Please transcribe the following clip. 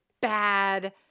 bad